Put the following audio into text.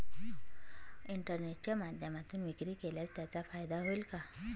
इंटरनेटच्या माध्यमातून विक्री केल्यास त्याचा फायदा होईल का?